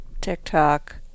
TikTok